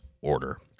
order